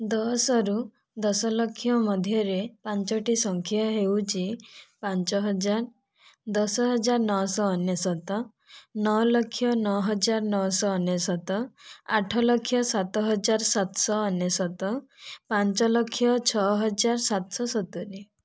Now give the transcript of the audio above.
ଦଶ ରୁ ଦଶ ଲକ୍ଷ ମଧ୍ୟରେ ପାଞ୍ଚ ଟି ସଂଖ୍ୟା ହେଉଛି ପାଞ୍ଚ ହଜାର ଦଶ ହଜାର ନଅ ଶହ ଅନେଶତ ନଅ ଲକ୍ଷ ନଅ ହଜାର ନଅ ଶହ ଅନେଶତ ଆଠ ଲକ୍ଷ ସାତ ହଜାର ସାତ ଶହ ଅନେଶତ ପାଞ୍ଚ ଲକ୍ଷ ଛଅ ହଜାର ସାତ ଶହ ସତୁରୀ